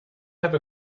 have